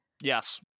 Yes